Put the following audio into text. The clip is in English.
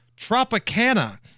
Tropicana